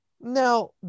now